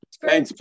Thanks